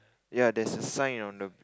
ya that's a sign on the